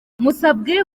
musabwe